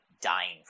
dying